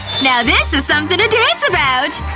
now this is something to dance about.